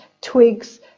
twigs